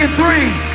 ah three,